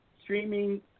streaming